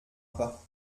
pas